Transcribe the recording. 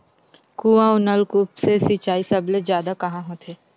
कुआं अउ नलकूप से सिंचाई सबले जादा कहां होथे?